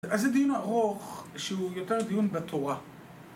אז זה דיון ארוך שהוא יותר דיון בתורה.